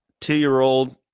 two-year-old